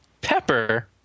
pepper